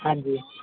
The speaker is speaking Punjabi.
ਹਾਂਜੀ